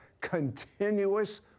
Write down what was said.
continuous